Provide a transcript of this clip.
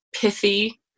pithy